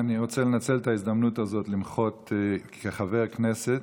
אני רוצה לנצל את ההזדמנות הזאת למחות כחבר כנסת